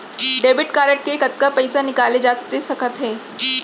Debit card ले कतका पइसा निकाले जाथे सकत हे?